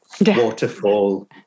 waterfall